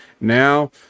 now